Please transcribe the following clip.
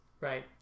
Right